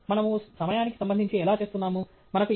మళ్ళీ మనము సమయానికి సంబంధించి ఎలా చేస్తున్నాము